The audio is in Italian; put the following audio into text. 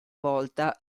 volta